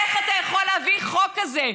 איך אתה יכול להביא חוק כזה?